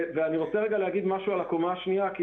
אני רוצה להגיד משהו חשוב לגבי הקומה השנייה: